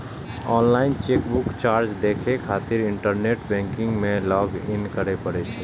online chequebook charge देखै खातिर internet banking मे लॉग इन करै पड़ै छै